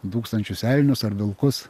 dūkstančius elnius ar vilkus